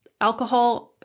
alcohol